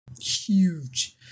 huge